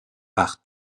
par